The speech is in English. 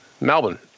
Melbourne